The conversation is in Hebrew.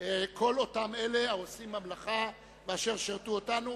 לאחר כל הצבעה שמית המזכירות תצלצל בפעמון,